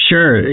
Sure